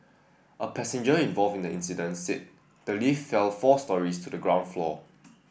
a passenger involved in the incident said the lift fell four storeys to the ground floor